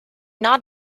not